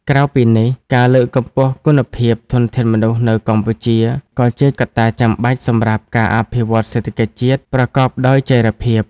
ក្រៅពីនេះ ការលើកកម្ពស់គុណភាពធនធានមនុស្សនៅកម្ពុជា ក៏ជាកត្តាចាំបាច់សម្រាប់ការអភិវឌ្ឍសេដ្ឋកិច្ចជាតិប្រកបដោយចីរភាព។